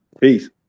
Peace